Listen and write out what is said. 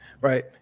Right